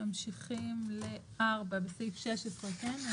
ממשיכים ל-4, בסעיף 16, כן?